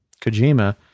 Kojima